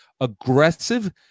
aggressive